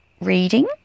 reading